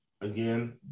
again